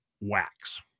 wax